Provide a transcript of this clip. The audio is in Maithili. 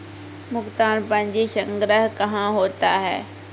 भुगतान पंजी संग्रह कहां होता हैं?